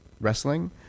wrestling